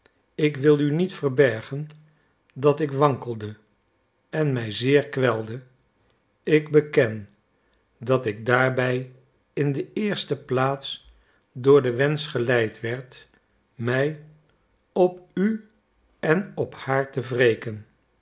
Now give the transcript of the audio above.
ik wil u niet verbergen dat ik wankelde en mij zeer kwelde ik beken dat ik daarbij in de eerste plaats door den wensch geleid werd mij op u en op haar te wreken